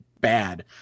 bad